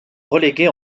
relégués